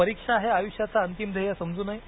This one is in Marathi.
परीक्षा हे आयुष्याचं अंतिम ध्येय समजू नये